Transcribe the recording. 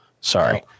sorry